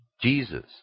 Jesus